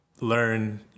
learn